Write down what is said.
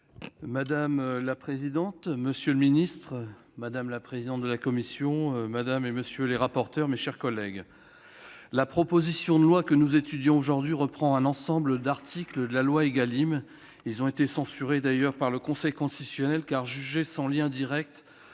Madame la présidente, monsieur le ministre, madame la présidente de la commission, madame, monsieur les rapporteurs, mes chers collègues, la proposition de loi que nous étudions aujourd'hui reprend un ensemble d'articles de la loi Égalim. Ils ont été censurés par le Conseil constitutionnel, qui les a jugés sans lien direct